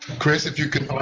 chris, if you can